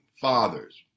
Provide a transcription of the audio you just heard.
fathers